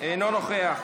אינו נוכח.